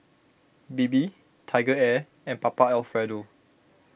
Bebe TigerAir and Papa Alfredo